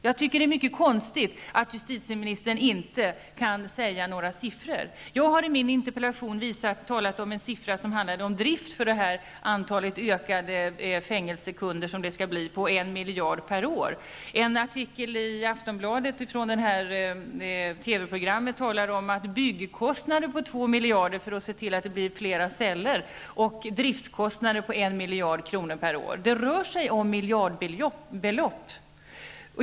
Jag tycker att det är mycket konstigt att justitieministern inte kan nämna någon siffra. Jag har i min interpellation nämnt siffran 1 miljard kronor per år, som handlar om driften för ökat antal fängelsekunder, som det kommer att bli. I en artikel i Aftonbladet nämndes byggkostnaden på 2 miljarder kronor för att se till att vi får fler celler och driftskostnaden på 1 miljard kronor per år. Det rör sig alltså om miljardbelopp.